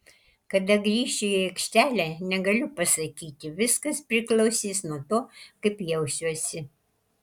kada grįšiu į aikštelę negaliu pasakyti viskas priklausys nuo to kaip jausiuosi